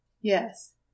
yes